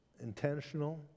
intentional